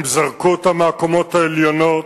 הם זרקו אותם מהקומות העליונות,